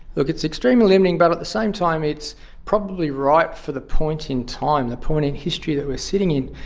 look, it's extremely limiting but at the same time it's probably right for the point in time, the point in history that we are sitting in.